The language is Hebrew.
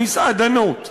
מסעדנות.